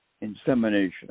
Insemination